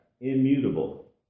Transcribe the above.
immutable